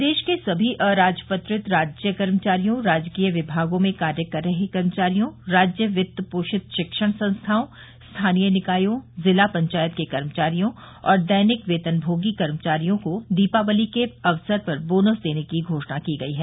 प्रदेश के समी अराजपत्रित राज्य कर्मचारियों राजकीय विमागों में कार्य कर रहे कर्मचारियों राज्य वित्त पोषित शिक्षण संस्थाओं स्थानीय निकायों जिला पंचायत के कर्मचारियो और दैनिक वेतनभागी कर्मचारियों को दीपावली के अवसर पर बोनस देने की घोषणा की गयी है